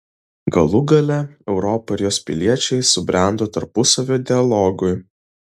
galų gale europa ir jos piliečiai subrendo tarpusavio dialogui